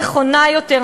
נכונה יותר.